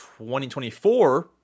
2024